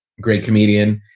great comedian,